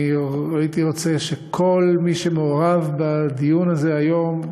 אני הייתי רוצה שכל מי שמעורב בדיון הזה היום,